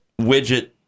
widget